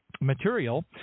Material